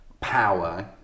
power